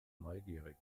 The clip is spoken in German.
neugierig